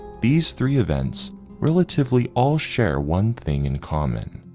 these three events relatively all share one thing in common,